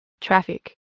traffic